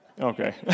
Okay